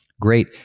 great